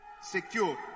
secure